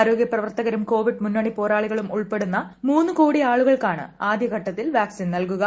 ആരോഗ്യ പ്രവർത്തകരും കോവിഡ് മുന്നണിപ്പോരാളികളും ഉൾപ്പെടുന്ന മൂന്നൂകോടിയാളുകൾക്കാണ് ആദ്യഘട്ടത്തിൽ വാക് സിൻ നൽകുക